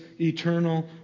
eternal